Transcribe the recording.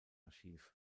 archiv